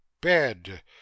Bed